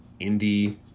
indie